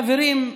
חברים,